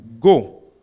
Go